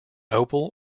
opal